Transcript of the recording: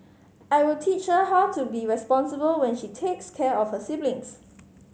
I will teach her how to be responsible when she takes care of her siblings